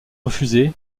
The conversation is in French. refusée